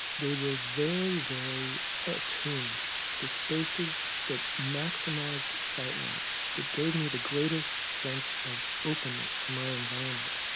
they were very, very attuned to spaces that maximised sight lines, that gave me the greatest sense of openness to my environment.